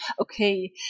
okay